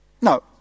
No